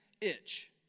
itch